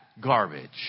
garbage